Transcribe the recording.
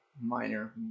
minor